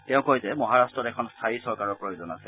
তেওঁ কয় যে মহাৰট্টত এখন স্থায়ী চৰকাৰৰ প্ৰয়োজন আছে